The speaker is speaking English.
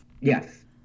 Yes